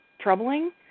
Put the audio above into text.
troubling